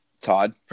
Todd